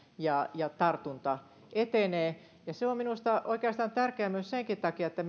ja ja tartunta etenee ja se että mennään hallitusti siellä eteenpäin on minusta tärkeää oikeastaan myös sen takia että